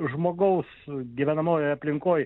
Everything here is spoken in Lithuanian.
žmogaus gyvenamojoj aplinkoj